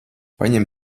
paņem